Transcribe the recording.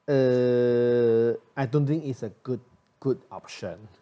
uh I don't think is a good good option